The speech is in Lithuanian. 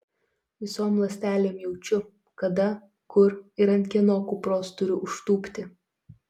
visom ląstelėm jaučiu kada kur ir ant kieno kupros turiu užtūpti